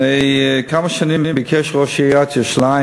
לפני כמה שנים ביקש ראש עיריית ירושלים